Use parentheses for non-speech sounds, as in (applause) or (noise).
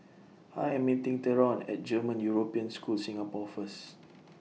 I Am meeting Theron At German European School Singapore First (noise)